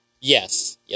Yes